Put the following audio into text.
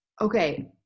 okay